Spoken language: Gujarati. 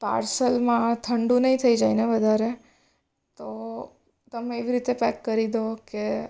પાર્સલમાં ઠંડુ નહીં થઈ જાય ને વધારે તો તમે એવી રીતે પેક કરી દો કે